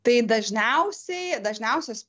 tai dažniausiai dažniausios